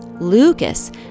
Lucas